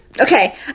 Okay